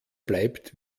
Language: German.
bleibt